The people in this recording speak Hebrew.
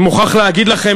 אני מוכרח להגיד לכם